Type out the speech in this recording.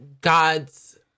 God's